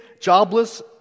jobless